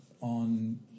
on